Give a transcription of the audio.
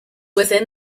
within